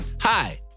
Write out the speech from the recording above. Hi